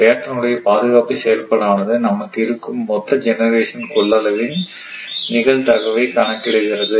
pattern உடைய patton's பாதுகாப்பு செயல்பாடானது நமக்கு இருக்கும் மொத்த ஜெனரேஷன் கொள்ளளவின் நிகழ்தகவை கணக்கிடுகிறது